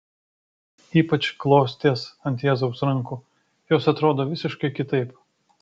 ypač klostės ant jėzaus rankų jos atrodo visiškai kitaip